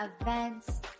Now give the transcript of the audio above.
events